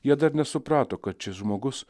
jie dar nesuprato kad šis žmogus